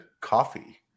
coffee